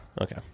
Okay